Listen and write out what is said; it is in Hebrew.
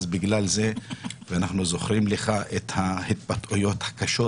אז בגלל זה, ואנחנו זוכרים לך את ההתבטאויות הקשות